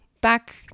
back